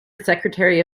secretary